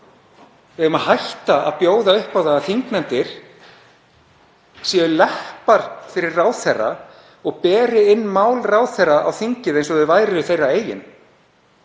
Við eigum að hætta að bjóða upp á það að þingnefndir séu leppar fyrir ráðherra og beri inn mál ráðherra á þingið eins og þau væru þeirra eigin.